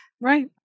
Right